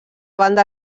banda